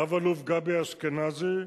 רב-אלוף גבי אשכנזי,